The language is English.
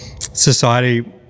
society